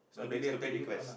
stupid stupid request